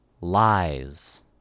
lies